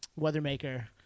Weathermaker